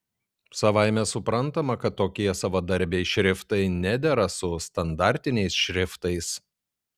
savaime suprantama kad tokie savadarbiai šriftai nedera su standartiniais šriftais